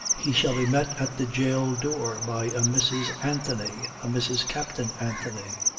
he shall be met at the jail door by a mrs. anthony, a mrs. captain anthony.